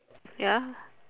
ya